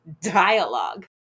dialogue